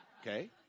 Okay